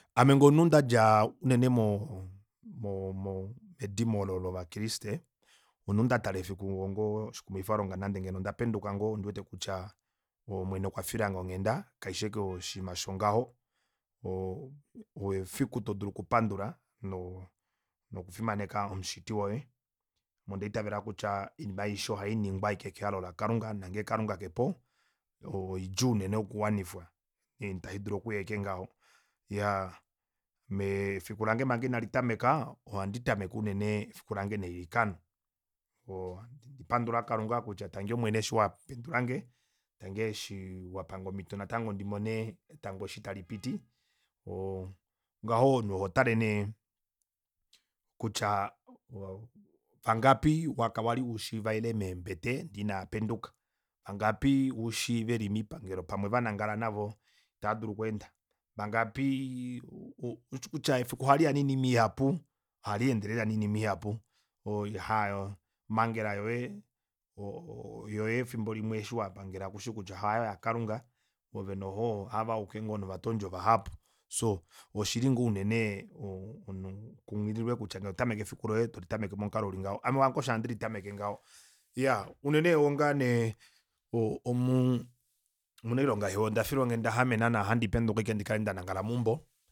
Ame ngoo munhu ndadja unene mo mo medimo lovakriste omunhu ndatala efiku onga oshikumwifalonga nande ngeno onda panduka ngoo ondiwete kutya omwene okwafilange onghenda kaifi ashike oshinima shongaho efiku todulu okupandula noo nokufimaneka omushiti woye ame onda itavela kutya oinima aishe ohaningwa ashike kehalo lakalunga nongee kalunga kepo oidjuu unene okuwanifa ita idulu aike okuuya ashike ngaho iyaa mefiku lange manga ina nditameka ohandi tameke unene efiku lange nelikano hapandula kalunga kutya tangi omwene eshi wapendulange nenge eshi wapange natango omito ndimone etango eshi talipiti ngaho omunhu ohotale nee kutya vangapi wali ushi vaile meembete ndee inaapenduka vangapi vangapi ushi veli miipangelo pamwe vanangala ndee itaadulu okweenda vangaapi ushikutya efiku ohaliya noinima ihapu ohaleendele lela noiinima ihapu ohaa omangela yoye yoye efimbo limwe eshi wapangela kushikutya hayo yakalunga ove noxo haave auke novatondi ovahapu soo oshili ngoo unene ukunghililwe kutya totameke efiku loye toli tameke momukalo ulingaho ame lange osho handi litameke ngaho iyaa unene onga nee omanailonga hewa ondafilwa onghenda ndikale ndina oilonga haame naana handi penduka ndikale ndanangala meumbo